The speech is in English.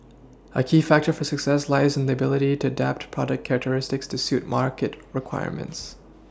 a key factor for success lies in the ability to adapt product characteristics to suit market requirements